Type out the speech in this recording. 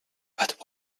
but